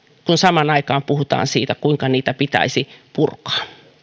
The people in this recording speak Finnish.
kun samaan aikaan puhutaan siitä kuinka niitä pitäisi purkaa